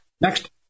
Next